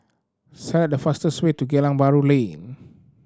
select the fastest way to Geylang Bahru Lane